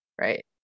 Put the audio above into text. right